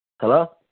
Hello